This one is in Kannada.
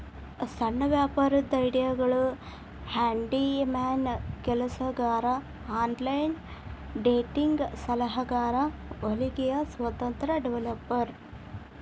ಸಣ್ಣ ವ್ಯಾಪಾರದ್ ಐಡಿಯಾಗಳು ಹ್ಯಾಂಡಿ ಮ್ಯಾನ್ ಮರಗೆಲಸಗಾರ ಆನ್ಲೈನ್ ಡೇಟಿಂಗ್ ಸಲಹೆಗಾರ ಹೊಲಿಗೆ ಸ್ವತಂತ್ರ ಡೆವೆಲಪರ್